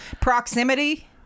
Proximity